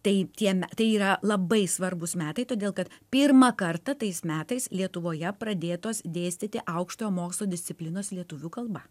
tai tie me yra labai svarbūs metai todėl kad pirmą kartą tais metais lietuvoje pradėtos dėstyti aukštojo mokslo disciplinos lietuvių kalba